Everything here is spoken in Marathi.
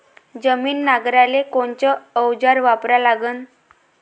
जमीन नांगराले कोनचं अवजार वापरा लागन?